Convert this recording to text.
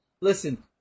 listen